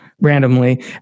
randomly